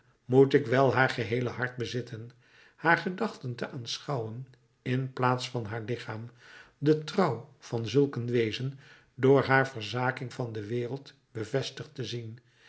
moet ik wel haar geheele hart bezitten haar gedachten te aanschouwen in de plaats van haar lichaam de trouw van zulk een wezen door haar verzaking van de wereld bevestigd te zien